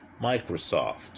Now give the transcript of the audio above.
Microsoft